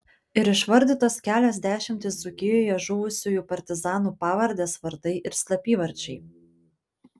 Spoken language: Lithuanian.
ir išvardytos kelios dešimtys dzūkijoje žuvusiųjų partizanų pavardės vardai ir slapyvardžiai